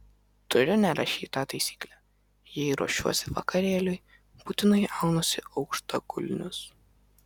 turiu nerašytą taisyklę jei ruošiuosi vakarėliui būtinai aunuosi aukštakulnius